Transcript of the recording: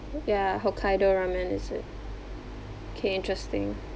ya Hokkaido ramen is it K interesting